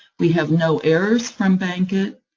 we have no errors from bankit,